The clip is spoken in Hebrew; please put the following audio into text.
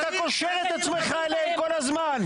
אתה קושר את עצמך אליהם כל הזמן.